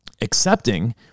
Accepting